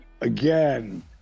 again